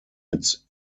its